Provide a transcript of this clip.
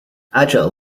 agile